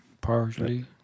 Parsley